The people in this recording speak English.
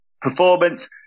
performance